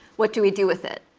what do we do with it?